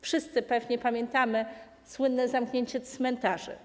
Wszyscy pewnie pamiętamy słynne zamknięcie cmentarzy.